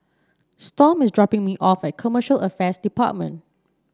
Storm is dropping me off at Commercial Affairs Department